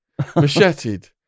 macheted